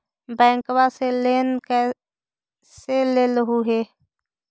बैंकवा से लेन कैसे लेलहू हे?